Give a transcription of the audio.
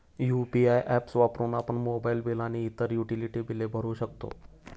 UPI apps वापरून आपण mobile bill आणि इतर युटिलिटी बिले भरू शकतो